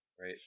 right